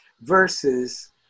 versus